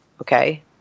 okay